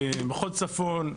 במחוז צפון,